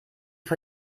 von